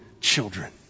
children